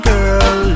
Girl